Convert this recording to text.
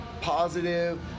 positive